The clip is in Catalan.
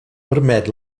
permet